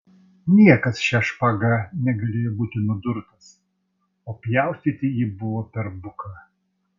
niekas šia špaga negalėjo būti nudurtas o pjaustyti ji buvo per buka